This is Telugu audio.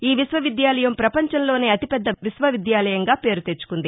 ఈ విశ్వవిద్యాలయం ప్రపంచంలోనే అతి పెద్ద విశ్వవిద్యాలయంగా పేరు తెచ్చుకుంది